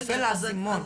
נופל האסימון.